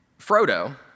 Frodo